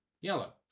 yellow